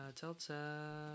Delta